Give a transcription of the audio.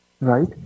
right